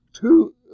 two